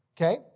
Okay